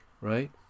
Right